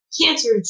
cancer